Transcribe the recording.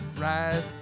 right